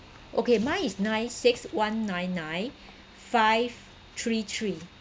okay mine is nine six one nine nine five three three